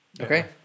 Okay